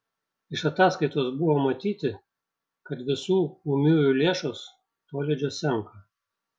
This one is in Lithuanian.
iš ataskaitos buvo matyti kad visų ūmiųjų lėšos tolydžio senka